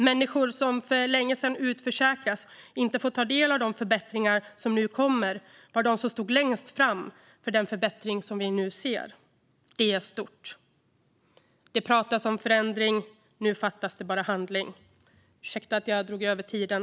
Människor som för länge sedan utförsäkrats och inte får ta del av de förbättringar som nu kommer var de som stod längst fram för den förbättring vi nu ser. Det är stort. Det pratas om förändring. Nu fattas bara handling. Jag ber om ursäkt för att jag drog över tiden.